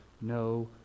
no